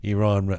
Iran